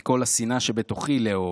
/ עם כל השנאה שבתוכי / לאהוב.